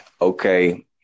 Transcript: Okay